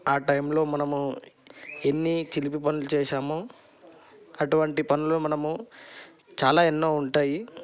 ఆ టైంలో మనము ఎన్ని చిలిపి పనులు చేసాము అటువంటి పనులు మనము చాలా ఎన్నో ఉంటాయి